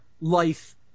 life